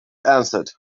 answered